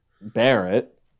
barrett